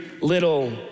little